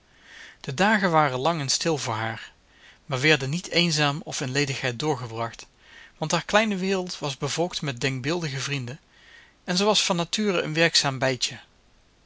de dagen waren lang en stil voor haar maar werden niet eenzaam of in ledigheid doorgebracht want haar kleine wereld was bevolkt met denkbeeldige vrienden en ze was van nature een werkzaam bijtje